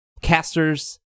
casters